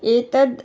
एतत्